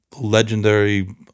Legendary